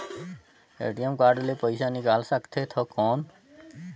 ATM card ले पइसा निकाल सकथे थव कौन?